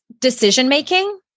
decision-making